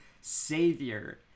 savior